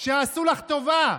שעשו לך טובה,